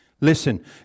Listen